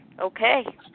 okay